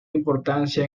importancia